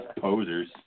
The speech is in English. posers